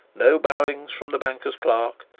no bowings from the banker's clerks,